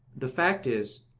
the fact is,